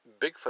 Bigfoot